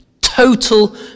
Total